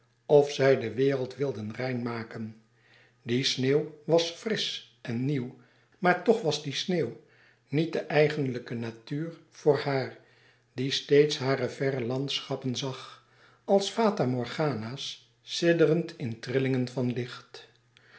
of zij de wereld wilden rein maken die sneeuw was frisch en nieuw maar toch was die sneeuw niet de eigenlijke natuur voor haar die steeds hare verre landschappen zag als fata morgana's sidderend in trillingen van licht